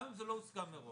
כי גם אם זה לא הוסכם מראש,